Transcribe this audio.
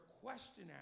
question